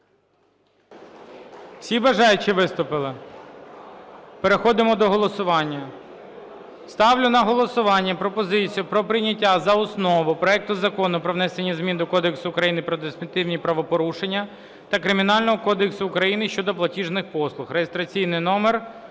Всі бажаючі виступили? Переходимо до голосування. Ставлю на голосування пропозицію про прийняття за основу проект Закону про внесення змін до Кодексу України про адміністративні правопорушення та Кримінального кодексу України (щодо платіжних послуг) (реєстраційний номер